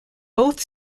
both